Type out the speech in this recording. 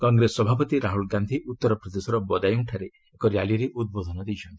କଂଗ୍ରେସ ସଭାପତି ରାହ୍ରଲ ଗାନ୍ଧି ଉତ୍ତରପ୍ରଦେଶର ବଦାୟଁଠାରେ ଏକ ର୍ୟାଲିରେ ଉଦ୍ବୋଧନ ଦେଇଛନ୍ତି